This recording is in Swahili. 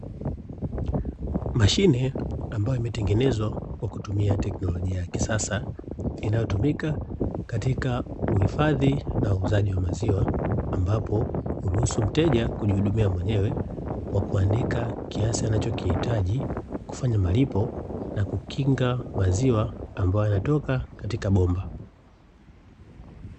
Mashine ambayo imetengenezwa kwa kutumia teknolojia ya kisasa, inayotumika katika uhifadhi na uuzaji wa maziwa, ambapo huruhusu mteja kujihudumia mwenyewe kwa kuandika kiasi anachokihitaji kufanya malipo na kukinga maziwa ambayo yanatoka katika bomba.